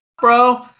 bro